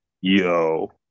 Yo